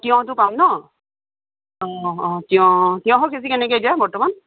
তিয়ঁহটো পাম ন অঁ অঁ তিয়ঁহ তিয়ঁহৰ কেজি কেনেকৈ এতিয়া বৰ্তমান